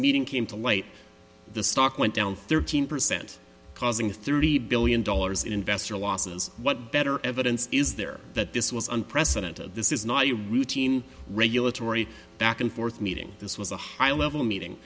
meeting came to light the stock went down thirteen percent causing thirty billion dollars in investor losses what better evidence is there that this was unprecedented this is not a routine regulatory back and forth meeting this was a high level meeting